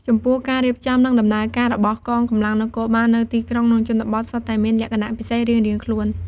ចំពោះការរៀបចំ និងដំណើរការរបស់កងកម្លាំងនគរបាលនៅទីក្រុង និងជនបទ សុទ្ធតែមានលក្ខណៈពិសេសរៀងៗខ្លួន។